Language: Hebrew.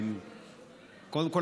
קודם כול,